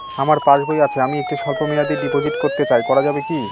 আমার পাসবই আছে আমি একটি স্বল্পমেয়াদি ডিপোজিট করতে চাই করা যাবে কি?